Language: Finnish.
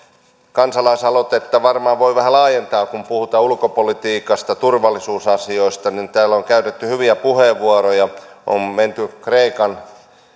kansalaisaloitetta varmaan voi vähän laajentaa kun puhutaan ulkopolitiikasta turvallisuusasioista täällä on käytetty hyviä puheenvuoroja on menty